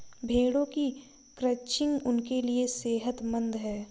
भेड़ों की क्रचिंग उनके लिए सेहतमंद है